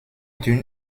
d’une